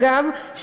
אגב,